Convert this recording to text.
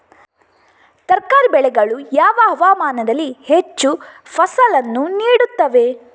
ತರಕಾರಿ ಬೆಳೆಗಳು ಯಾವ ಹವಾಮಾನದಲ್ಲಿ ಹೆಚ್ಚು ಫಸಲನ್ನು ನೀಡುತ್ತವೆ?